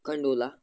gondola